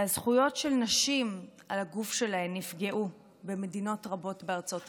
והזכויות של נשים על הגוף שלהן נפגעו במדינות רבות בארצות הברית.